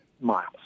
miles